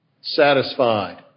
satisfied